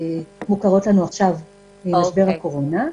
מוכרות לנו עכשיו במשבר הקורונה.